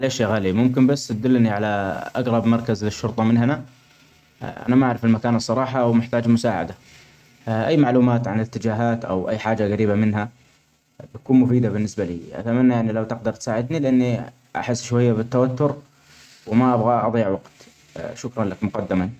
معلش يا غالي ممكن بس تدلني علي إأجرب مركز للشرطة من هنا إأنا ما أعرف المكان الصرلااحة وأحتاج إلي مساعدة أي معلومات عن الإتجاهات أو أي حاجة جريبة منها بتكون مفيدة بالنسبة لي أتمني لو تقدر تساعدني لإني أحس شوية بالتوتر وما أبغي أضيع وقت.